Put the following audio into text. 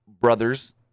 brothers